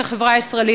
כחברה הישראלית,